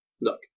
Look